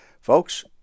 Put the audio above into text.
Folks